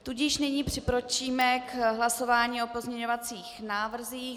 Tudíž nyní přikročíme k hlasování o pozměňovacích návrzích.